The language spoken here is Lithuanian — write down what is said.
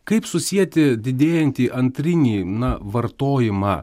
kaip susieti didėjantį antrinį na vartojimą